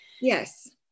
yes